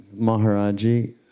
Maharaji